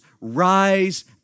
rise